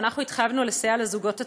ואנחנו התחייבנו לסייע לזוגות הצעירים,